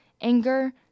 anger